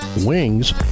wings